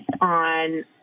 on